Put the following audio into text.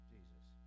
Jesus